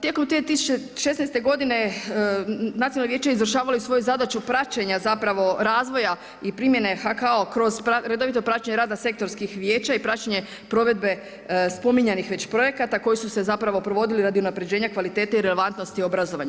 Tijekom 2016. godine Nacionalno vijeće je izvršavalo i svoju zadaću praćenja zapravo razvoja i primjene HKO kroz redovito praćenje rada sektorskih vijeća i praćenje provedbe spominjanih već projekata koji su se zapravo provodili radi unapređenja kvalitete i relevantnosti obrazovanja.